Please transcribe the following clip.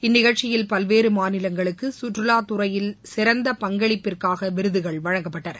இந்நிகழ்ச்சியில் பல்வேறு மாநிலங்களுக்கு சுற்றுலாத் துறையில் சிறந்த பங்களிப்பிற்காக விருதுகள் வழங்கப்பட்டன